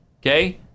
Okay